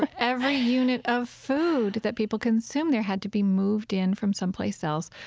but every unit of food that people consumed there had to be moved in from some place else.